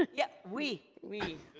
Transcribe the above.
yeah, we. we.